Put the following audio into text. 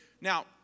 Now